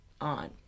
on